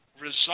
resolve